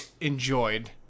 enjoyed